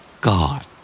God